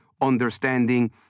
understanding